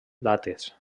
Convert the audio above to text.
dates